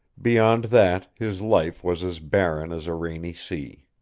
beyond that, his life was as barren as a rainy sea.